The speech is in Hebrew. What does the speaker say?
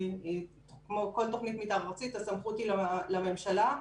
כמו כל מתאר ארצית, הסמכות היא בידי הממשלה.